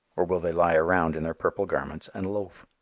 or will they lie round in their purple garments and loaf?